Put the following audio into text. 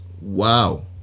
Wow